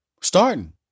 Starting